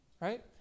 Right